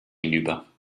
hinüber